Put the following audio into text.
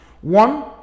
One